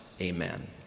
amen